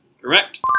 Correct